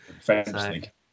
Fantastic